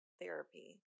therapy